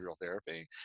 therapy